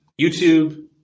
YouTube